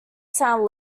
sound